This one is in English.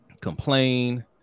complain